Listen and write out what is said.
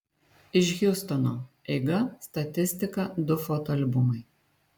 iš hjustono eiga statistika du foto albumai